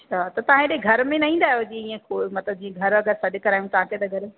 अछा त तव्हां हेॾे घर में न ईंदा आहियो जीअं ईअं को मतलबु जीअं घर अगरि सॾु करायूं तव्हांखे त घरु